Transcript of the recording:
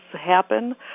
happen